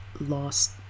Lost